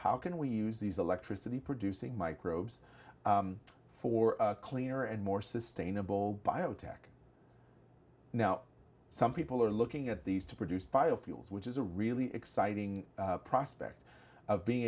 how can we use these electricity producing microbes for cleaner and more sustainable biotech now some people are looking at these to produce biofuels which is a really exciting prospect of being